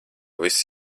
viss